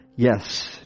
Yes